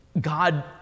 God